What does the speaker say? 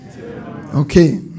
Okay